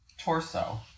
torso